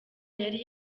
yari